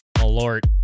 alert